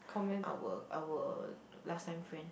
our our last time friend